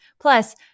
Plus